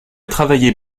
travaillé